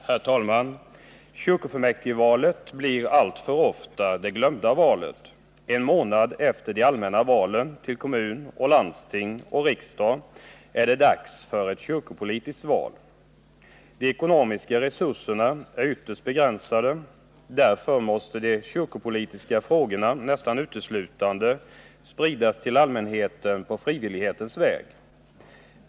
Herr talman! Kyrkofullmäktigvalet blir alltför ofta det glömda valet. En månad efter de allmänna valen till kommun, landsting och riksdag är det dags för ett kyrkopolitiskt val. De ekonomiska resurserna är ytterst begränsade. Därför måste de kyrkopolitiska frågorna nästan uteslutande spridas till allmänheten på frivillighetens väg.